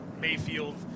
Mayfield